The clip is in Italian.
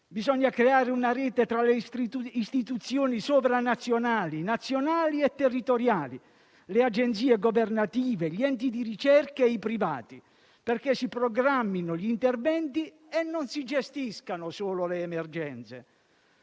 Bisogna creare una rete tra le istituzioni sovranazionali, nazionali e territoriali, le agenzie governative, gli enti di ricerca e i privati perché si programmino gli interventi e non si gestiscano solo le emergenze.